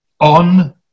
on